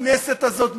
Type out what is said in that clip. בכנסת הזאת,